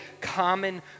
common